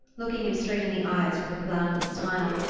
looking him straight in the eyes with her cloudless smile,